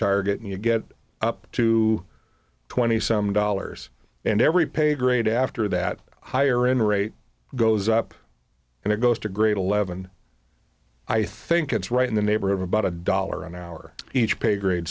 target and you get up to twenty some dollars and every pay grade after that higher in rate goes up and it goes to great eleven i think it's right in the neighborhood of about a dollar an hour each pay grade